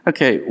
Okay